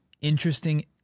interesting